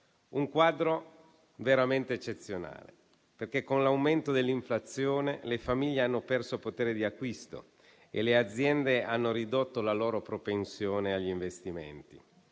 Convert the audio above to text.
un quadro veramente eccezionale, perché con l'aumento dell'inflazione le famiglie hanno perso potere di acquisto e le aziende hanno ridotto la loro propensione agli investimenti.